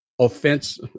offense